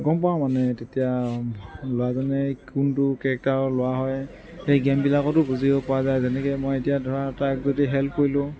গম পাওঁ মানে তেতিয়া ল'ৰাজনে কোনটো কেৰেক্টাৰৰ ল'ৰা হয় সেই গেমবিলাকতো বুজিব পৰা যায় যেনেকৈ মই এতিয়া ধৰা তাক আগতেই হেল্প কৰিলোঁ